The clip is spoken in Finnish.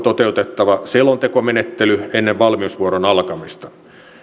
toteutettava selontekomenettely ennen valmiusvuoron alkamista